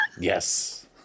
Yes